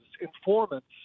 informants